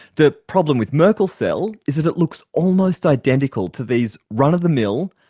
the problem with merkel cell is that it looks almost identical to these run-of-the-mill,